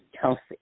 Kelsey